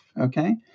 Okay